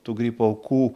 tų gripo aukų